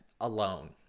alone